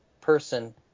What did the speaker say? person